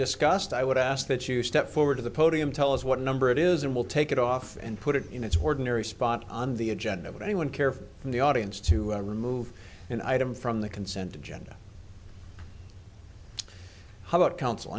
discussed i would ask that you step forward to the podium tell us what number it is and we'll take it off and put it in its ordinary spot on the agenda would anyone care for the audience to remove an item from the consent agenda how about council